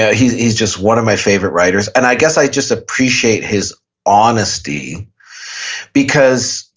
yeah he's he's just one of my favorite writers. and i guess i just appreciate his honesty because,